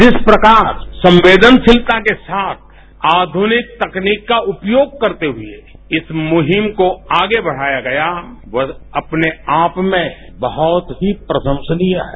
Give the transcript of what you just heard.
जिस प्रकार संवेदनशीलता के साथ आध्निक तकनीक का उपयोग करते हुये इस मुहिम को आगे बढ़ाया गया वह अपने आप में बहुत ही प्रशंसनीय है